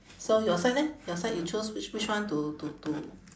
so your side leh your side you chose which which one to to to